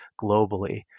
globally